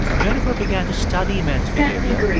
jennifer began to study men's behavior.